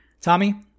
Tommy